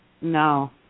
No